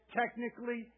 technically